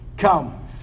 Come